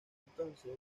entonces